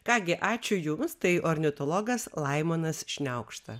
ką gi ačiū jums tai ornitologas laimonas šniaukšta